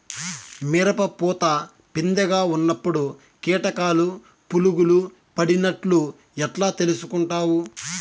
మిరప పూత పిందె గా ఉన్నప్పుడు కీటకాలు పులుగులు పడినట్లు ఎట్లా తెలుసుకుంటావు?